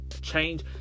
change